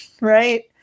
right